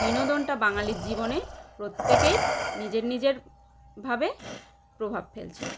বিনোদনটা বাঙালির জীবনে প্রত্যেকেই নিজের নিজের ভাবে প্রভাব ফেলছে